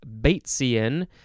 Batesian